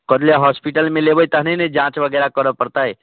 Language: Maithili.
कथी लऽ होस्पिटलमे लेबै तहने ने जाँच वगैरह करे पड़तै